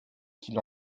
qu’il